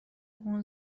اون